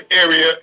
area